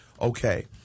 Okay